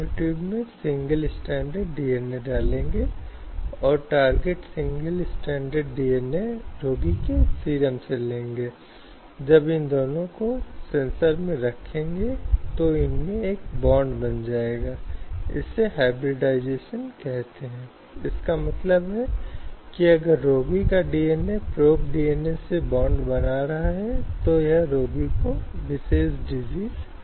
इसलिए यह महिला के लिए एक अजीबोगरीब स्थिति है और यह उसके लिए भी जाना जाता है अगर वह इस मुद्दे को संगठन से बाहर ले जाती है तो यह पूरे संगठन के लिए प्रतिष्ठा का मुद्दा बन जाता है और संगठन उसे रखना पसंद नहीं करेगा या उसके साथ जारी रखने के लिए नहीं क्योंकि महिला की रुचि की रक्षा की तुलना में उनकी प्रतिष्ठा को बनाए रखने में संगठन की रुचि अधिक है